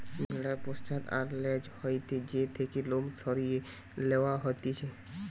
ভেড়ার পশ্চাৎ আর ল্যাজ হইতে যে থেকে লোম সরিয়ে লওয়া হতিছে